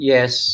Yes